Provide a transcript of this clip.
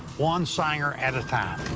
one senger at a time.